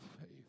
faith